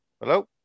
Hello